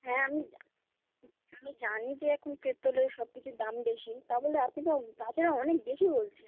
হ্যাঁ আমি আমি জানি যে এখন পেট্রলের সব কিছুর দাম বেশি তা বলে আপনি তো তাছাড়া অনেক বেশি বলছেন